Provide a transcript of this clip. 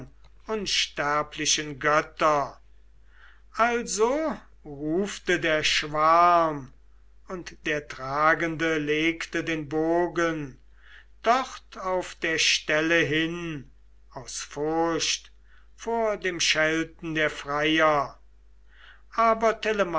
unsterblichen götter also rufte der schwarm und der tragende legte den bogen dort auf der stelle hin aus furcht vor dem schelten der freier